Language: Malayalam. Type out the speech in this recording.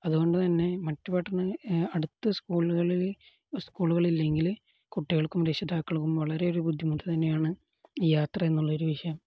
അതുകൊണ്ടുതന്നെ മറ്റ് അടുത്ത സ്കൂളുകളില് സ്കൂളുകളില്ലെങ്കില് കുട്ടികൾക്കും രക്ഷിതാക്കൾക്കും വളരെ ഒരു ബുദ്ധിമുട്ടു തന്നെയാണ് ഈ യാത്ര എന്നുള്ളൊരു വിഷയം